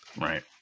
Right